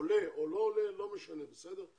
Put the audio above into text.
עולה או לא עולה, לא משנה, בסדר?